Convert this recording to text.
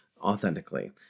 Authentically